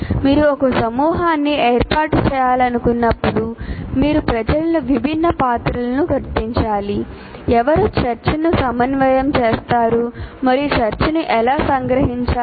మీరు ఒక సమూహాన్ని ఏర్పాటు చేయాలనుకున్నప్పుడు మీరు ప్రజలకు విభిన్న పాత్రలను గుర్తించాలి ఎవరు చర్చను సమన్వయం చేస్తారు మరియు చర్చను ఎలా సంగ్రహించాలి